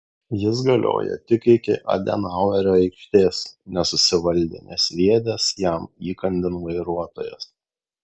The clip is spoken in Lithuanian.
jis galioja tik iki adenauerio aikštės nesusivaldė nesviedęs jam įkandin vairuotojas